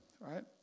Right